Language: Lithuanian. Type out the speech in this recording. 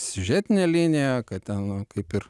siužetinė linija kad ten kaip ir